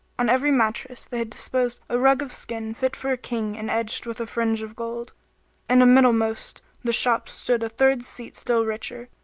on every mattress they had disposed a rug of skin fit for a king and edged with a fringe of gold and a-middlemost the shop stood a third seat still richer,